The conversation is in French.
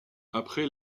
après